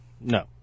No